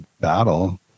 battle